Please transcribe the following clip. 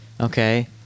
Okay